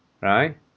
right